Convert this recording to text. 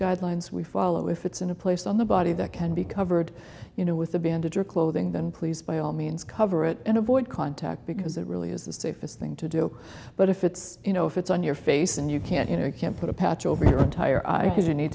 guidelines we follow if it's in a place on the body that can be covered you know with a bandage or clothing then please by all means cover it and avoid contact because it really is the safest thing to do but if it's you know if it's on your face and you can't you know you can't put a patch over your entire